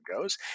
goes